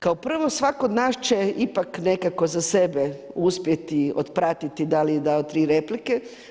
Kao prvo svatko od nas će ipak nekako za sebe uspjeti otpratiti da li da tri replike.